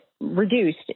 reduced